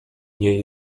nie